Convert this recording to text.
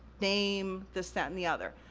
name, this that and the other.